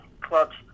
clubs